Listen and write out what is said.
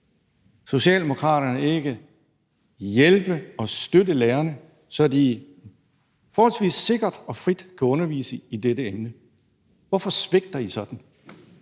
vil Socialdemokraterne ikke hjælpe og støtte lærerne, så de forholdsvis sikkert og frit kan undervise i dette emne? Hvorfor svigter I sådan?